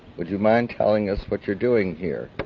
would you mind telling us what you're doing here?